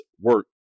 work